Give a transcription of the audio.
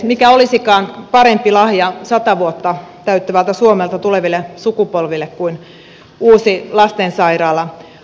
mikä olisikaan parempi lahja sata vuotta täyttävältä suomelta tuleville sukupolville kuin uusi lastensairaala